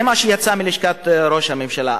זה מה שיצא מלשכת ראש הממשלה.